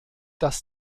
das